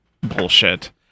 bullshit